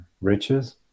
Riches